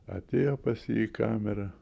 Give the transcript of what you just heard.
atėjo pas jį į kamerą